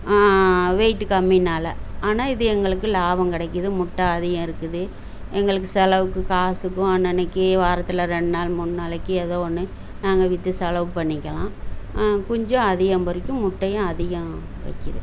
weight கம்மினால் ஆனால் இது எங்களுக்கு லாபம் கிடைக்கிது முட்டை அதிகம் இருக்குது எங்களுக்கு செலவுக்கு காசுக்கும் அன்னன்னக்கு வாரத்தில் ரெண்டு நாள் மூணு நாளைக்கு ஏதோ ஒன்று நாங்கள் விற்று செலவு பண்ணிக்கலாம் குஞ்சும் அதிகம் பொரிக்கும் முட்டையும் அதிகம் வைக்கிது